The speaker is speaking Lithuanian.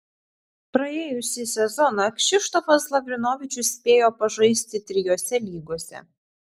praėjusį sezoną kšištofas lavrinovičius spėjo pažaisti trijose lygose